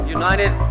united